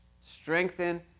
strengthen